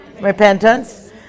Repentance